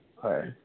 হয়